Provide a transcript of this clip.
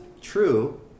true